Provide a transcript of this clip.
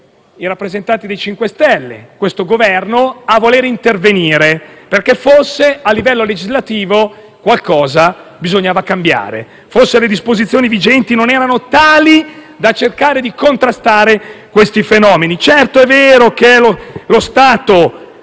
i rappresentanti del MoVimento 5 Stelle, questo Governo, a voler intervenire, perché forse a livello legislativo qualcosa bisognava cambiare. Forse le disposizioni vigenti non erano tali da riuscire a contrastare questi fenomeni. È vero che è allo Stato